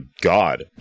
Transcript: god